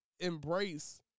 embrace